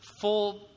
full